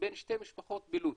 בין שתי משפחות בלוד